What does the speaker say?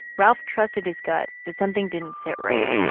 ralph trusted his gut that something didn't sit right.